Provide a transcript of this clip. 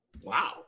Wow